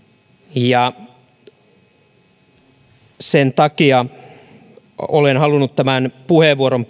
ja sen takia olen halunnut tämän puheenvuoron